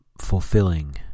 fulfilling